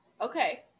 Okay